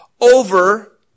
over